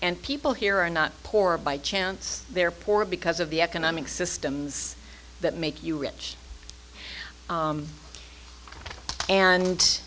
and people here are not poor by chance they are poor because of the economic systems that make you rich